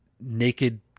naked